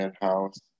House